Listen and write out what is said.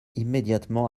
immédiatement